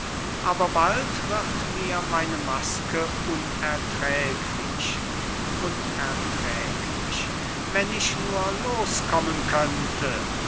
aber bald wird mir meine maske unerträglich unerträglich wenn ich nur loskommen könnte